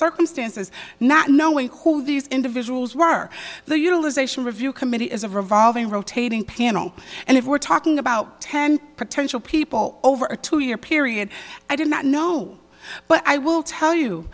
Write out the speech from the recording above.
circumstances not knowing who these individuals were the utilization review committee is a revolving rotating panel and if we're talking about ten potential people over a two year period i do not know but i will tell you